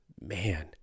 man